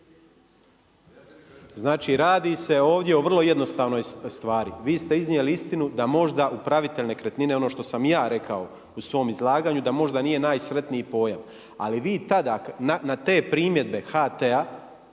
Znači radi se ovdje o vrlo jednostavnoj stvari. Vi ste iznijeli istinu da možda upravitelj nekretnine, ono što sam ja rekao u svom izlaganju, da možda nije najsretniji pojam. Ali vi tada, na te primjedbe HT-a